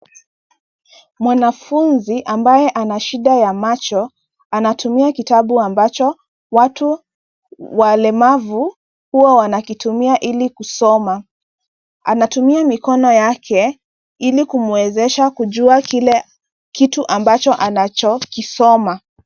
Mwanafunzi ambaye ana shida ya macho anatumia kitabu ambacho watu walemavu huwa wanakitumia ili kusoma. Anatumia mikono yake ili kumwezesha kujua kitu ambacho anachokisoma.